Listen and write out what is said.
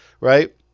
right